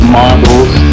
models